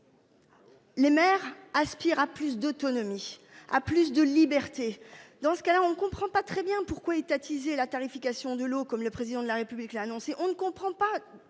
Les maires aspirent à plus d'autonomie à plus de liberté dans ce cas-là, on comprend pas très bien pourquoi étatiser la tarification de l'eau comme le président de la République l'a annoncé. On ne comprend pas